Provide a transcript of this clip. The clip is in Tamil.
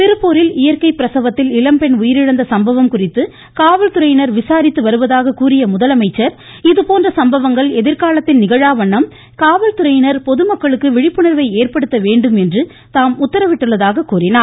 திருப்பூரில் இயற்கை பிரசவத்தில் இளம்பெண் உயிரிழந்த சம்பவம் குறித்து காவல்துறையினர் விசாரித்து வருவதாக கூறிய முதலமைச்சர் இதுபோன்ற சம்பவங்கள் எதிர்காலத்தில் நிகழாவண்ணம் காவல்துறையினர் பொதுமக்களுக்கு விழிப்புணர்வை ஏற்படுத்தவேண்டும் என்று தாம் உத்தரவிட்டிருப்பதாக கூறினார்